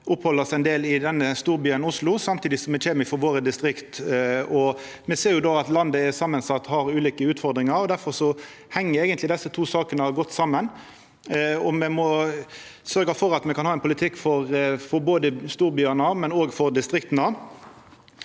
å opphalda oss ein del i denne storbyen, Oslo, samtidig som me kjem frå distrikta våre. Me ser då at landet er samansett og har ulike utfordringar, og difor heng eigentleg desse to sakene godt saman. Me må sørgja for at me kan ha ein politikk for både storbyane og distrikta.